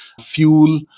fuel